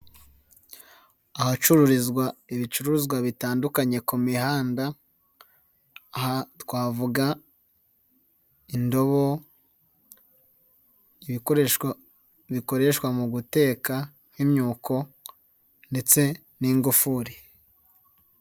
Ahacururizwa ibicuruzwa bitandukanye ku mihanda, aha twavuga indobo, ibikoresho bikoreshwa mu guteka nk'imyuko ndetse n'ingufuri.